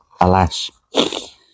alas